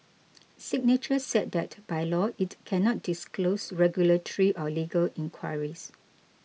signature said that by law it cannot disclose regulatory or legal inquiries